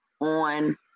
on